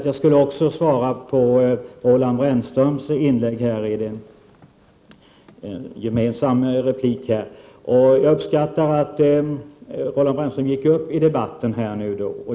Jag uppskattar att Roland Brännström gick upp i debatten.